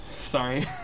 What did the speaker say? Sorry